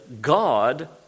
God